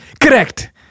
Correct